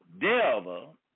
devil